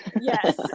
Yes